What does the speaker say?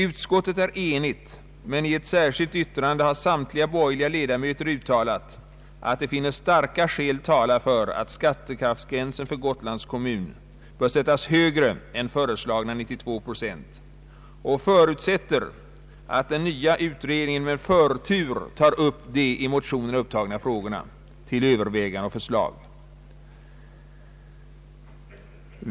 Utskottet är enigt, men i ett särskilt yttrande har samtliga borgerliga ledamöter uttalat att de finner starka skäl tala för att skattekraftsgränsen för Gotlands kommun bör sättas högre än föreslagna 92 procent och förutsätter att den nya utredningen med förtur tar upp de i motionerna berörda frågorna till övervägande och förslag.